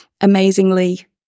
amazingly